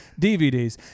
DVDs